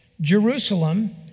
Jerusalem